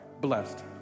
blessed